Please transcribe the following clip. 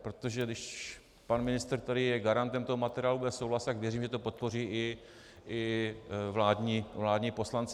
Protože když pan ministr, který je garantem toho materiálu, bude souhlasit, tak věřím, že to podpoří i vládní poslanci.